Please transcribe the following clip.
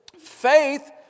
Faith